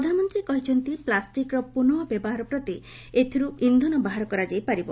ପ୍ରଧାନମନ୍ତୀ କହିଛନ୍ତି ପ୍ଲାଷ୍ଟିକ୍ର ପୁନଃ ବ୍ୟବହାର କରି ଏଥରୁ ଇନ୍ଧନ ବାହାର କରାଯାଇପାରିବ